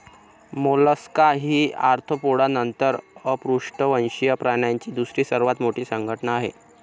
Mollusca ही Arthropoda नंतर अपृष्ठवंशीय प्राण्यांची दुसरी सर्वात मोठी संघटना आहे